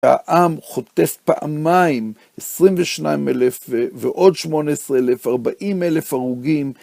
העם חוטף פעמיים 22,000 ועוד 18,000, 40,000 הרוגים.